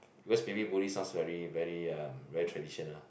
because maybe buri sounds very very hmm very traditional